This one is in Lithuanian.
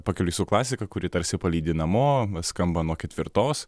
pakeliui su klasika kuri tarsi palydi namo skamba nuo ketvirtos